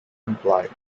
implied